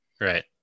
Right